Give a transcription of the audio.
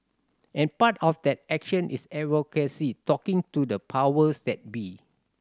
and part of that action is advocacy talking to the powers that be